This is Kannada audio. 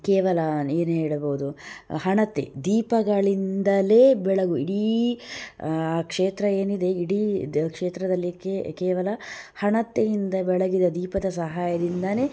ಕೇವಲ ಏನು ಹೇಳಬಹುದು ಹಣತೆ ದೀಪಗಳಿಂದಲೇ ಬೆಳಗು ಇಡೀ ಕ್ಷೇತ್ರ ಏನಿದೆ ಇಡೀ ದೆ ಕ್ಷೇತ್ರದಲ್ಲಿ ಕೇವಲ ಹಣತೆಯಿಂದ ಬೆಳಗಿದ ದೀಪದ ಸಹಾಯ್ದಿಂದಾ